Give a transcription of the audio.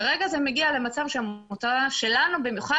וכרגע זה מגיע למצב שהעמותה שלנו במיוחד